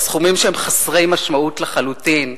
בסכומים שהם חסרי משמעות לחלוטין.